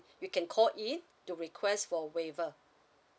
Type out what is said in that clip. you can call in to request for waiver